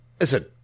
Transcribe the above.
listen